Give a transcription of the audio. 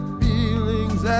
feelings